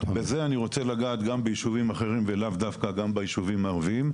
בזה אני רוצה לגעת גם בישובים אחרים ולאו דווקא גם בישובים הערבים,